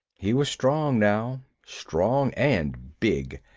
he was strong, now. strong and big.